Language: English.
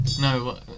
No